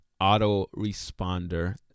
autoresponder